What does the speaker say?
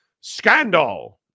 scandal